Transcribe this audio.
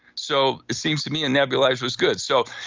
so, it seems to me a nebulizer was good. so,